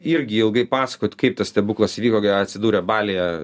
irgi ilgai pasakot kaip tas stebuklas įvyko atsidūrė balyje